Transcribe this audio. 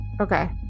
Okay